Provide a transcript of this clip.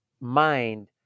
mind